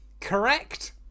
Correct